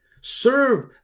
Serve